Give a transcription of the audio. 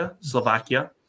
Slovakia